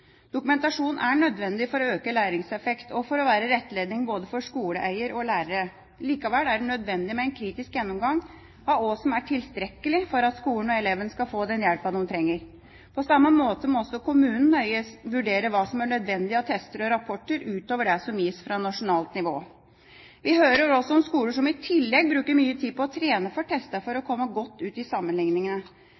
Dokumentasjon er nødvendig for å øke læringseffekten, og for å være rettledning både for skoleeier og lærer. Likevel er det nødvendig med en kritisk gjennomgang av hva som er tilstrekkelig for at skolen og elevene skal få den hjelpen de trenger. På samme måte må også kommunene nøye vurdere hva som er nødvendig av tester og rapporter utover det som gis fra nasjonalt nivå. Vi hører også om skoler som i tillegg bruker mye tid på å trene for testene for å